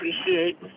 appreciate